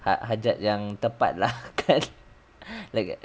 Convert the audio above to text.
ah hajat yang tepat lah kan